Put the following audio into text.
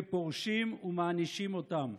ומענישים אותם.